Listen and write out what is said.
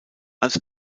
als